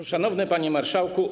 Szanowny Panie Marszałku!